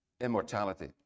immortality